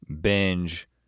binge